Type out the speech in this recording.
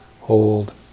hold